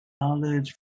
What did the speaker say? knowledge